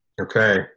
Okay